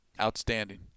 Outstanding